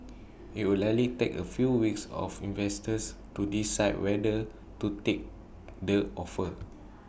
IT will likely take A few weeks of investors to decide whether to take the offer